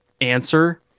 answer